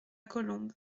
colombes